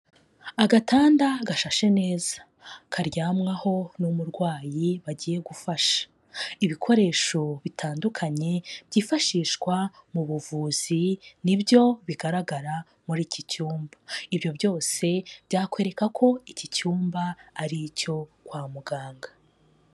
Agatanda gashashe neza karyamwaho n'umurwayi bagiye gufasha ibikoresho bitandukanye byifashishwa mu buvuzi nibyo bigaragara muri iki cyumba, ibyo byose byakwereka ko iki cyumba ari icyo kwa muganga.